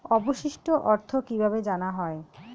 অবশিষ্ট অর্থ কিভাবে জানা হয়?